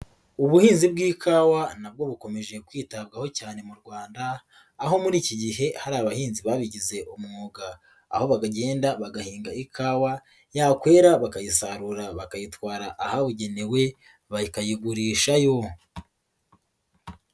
Ubuhinzi bw'ikawa na bwo bukomeje kwitabwaho cyane mu Rwanda aho muri iki gihe hari abahinzi babigize umwuga, aho bagenda bagahinga ikawa yakwera bakayisarura bakayitwara ahabugenewe bakayigurishayo.